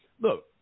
look